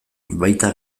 baita